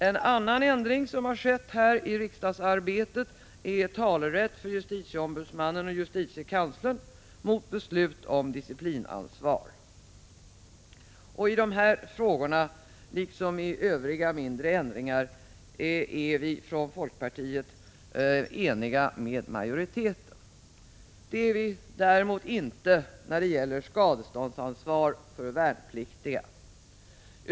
En annan ändring som har kommit under riksdagsarbetet gäller talerätt för justitieombudsmannen och justitiekanslern mot beslut om disciplinansvar. Om dessa frågor, liksom om övriga mindre ändringar, är vi från folkpartiet ense med majoriteten. Det är vi däremot inte beträffande skadeståndsansvar för värnpliktiga.